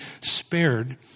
spared